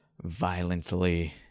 violently